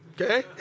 okay